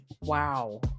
Wow